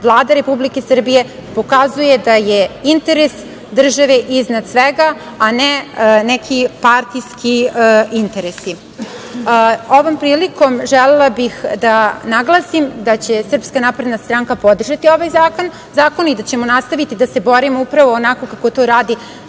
Vlada Republike Srbije pokazuje da je interes države iznad svega, a ne neki partijski interesi. Ovom prilikom želela bih da naglasim da će SNS podržati ove zakone i da ćemo nastaviti da se borimo upravo onako kako to radi